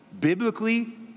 biblically